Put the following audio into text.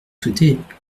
souhaitez